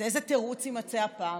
אז איזה תירוץ יימצא הפעם?